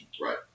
Right